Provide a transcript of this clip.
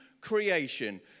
creation